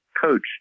coach